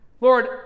Lord